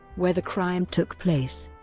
where the crime took place.